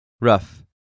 Rough